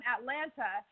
Atlanta